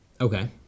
Okay